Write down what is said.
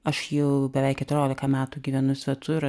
aš jau beveik keturiolika metų gyvenu svetur